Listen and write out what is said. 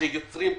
שיוצרים תרבות,